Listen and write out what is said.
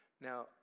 Now